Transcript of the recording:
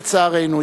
לצערנו,